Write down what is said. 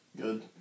Good